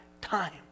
time